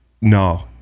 No